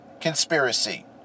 Conspiracy